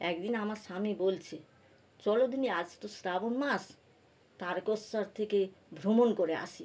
একদিন আমার স্বামী বলছে চলো দিকিনি আজ তো শ্রাবণ মাস তারকেশ্বর থেকে ভ্রমণ করে আসি